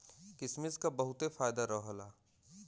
किसमिस क बहुते फायदा रहला